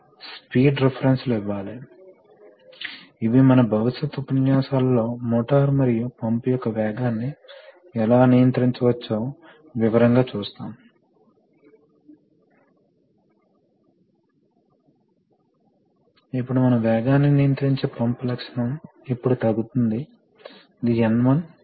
కాబట్టి ఇది ఒక పెద్ద వాల్వ్ కాబట్టి ఆ స్థానాన్ని మార్చగలుగుతారు న్యూమాటిక్ పైలట్లు ఉపయోగించబడుతున్నాయని మీరు చూస్తారు కాబట్టి ఇది ఒక న్యూమాటిక్ పైలట్ ఇది ఈ ప్రధాన వాల్వ్ను మార్చడానికి ఉపయోగించబడుతుంది ఇది పెద్ద హైడ్రాలిక్ వాల్వ్ కావచ్చు మరియు ఈ హొల్లౌ త్రిభుజం న్యుమాటిక్స్ను సూచిస్తుంది